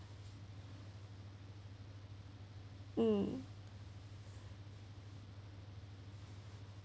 mm